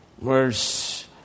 verse